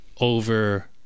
over